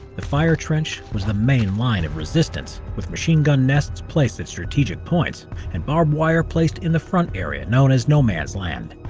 the fire trench was the main line of resistance, with machine-gun nests placed at strategic points and barbed wire placed in the front area, known as no-man's land.